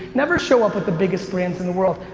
never show up with the biggest brands in the world.